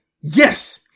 Yes